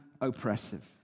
oppressive